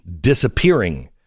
disappearing